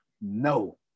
no